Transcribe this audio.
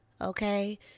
Okay